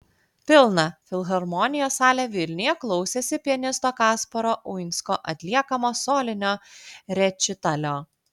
pilna filharmonijos salė vilniuje klausėsi pianisto kasparo uinsko atliekamo solinio rečitalio